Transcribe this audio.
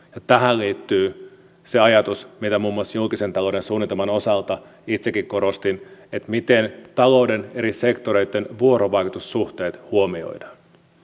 tähän liittyy se ajatus mitä muun muassa julkisen talouden suunnitelman osalta itsekin korostin miten talouden eri sektoreitten vuorovaikutussuhteet huomioidaan